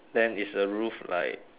then is the roof like